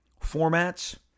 formats